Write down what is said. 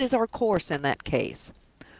what is our course in that case?